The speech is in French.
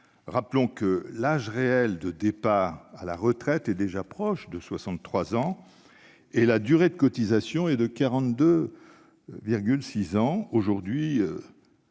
Rappelons que l'âge réel de départ à la retraite est déjà proche de 63 ans, que la durée de cotisation est de 42,6 ans aujourd'hui